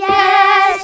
Yes